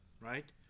right